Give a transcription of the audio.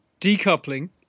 decoupling